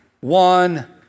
one